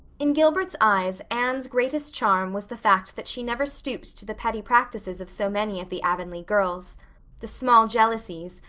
in gilbert's eyes anne's greatest charm was the fact that she never stooped to the petty practices of so many of the avonlea girls the small jealousies,